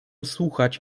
słuchać